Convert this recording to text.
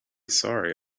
sorry